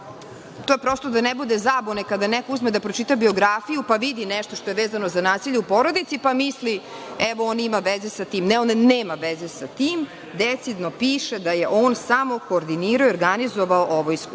To prosto da ne bude zabune, kada neko uzme da pročita biografiju, pa vidi nešto što je vezano za nasilje u porodici, pa misli – evo, on ima veze sa tim. Ne, on nema veze sa tim, decidno piše da je on samo koordinirao i organizovao ovo iskustvo. Meni